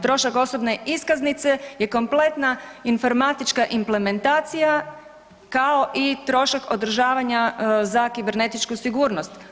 Trošak osobne iskaznice je kompletna informatička implementacija, kao i trošak održavanja za kibernetičku sigurnost.